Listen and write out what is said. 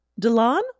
Delon